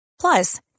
Plus